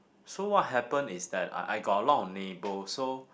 so what happen is that I I got a lot of neighbour so